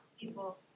people